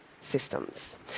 systems